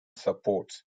supports